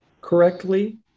correctly